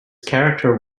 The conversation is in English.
character